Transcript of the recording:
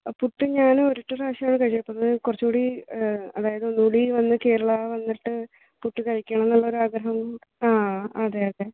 പുട്ട് ഞാൻ ഒരൊറ്റ പ്രാവശ്യം കഴിച്ചിട്ടുള്ളൂ കൂറച്ചുകൂടി ആ അതായത് ഒന്നുകൂടി വന്നിട്ട് കേരള വന്നിട്ട് പുട്ട് കഴിക്കണമെന്നുള്ള ആഗ്രഹം ആ അതെ അതെ